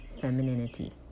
femininity